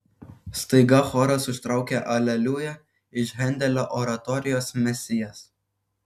staiga choras užtraukė aleliuja iš hendelio oratorijos mesijas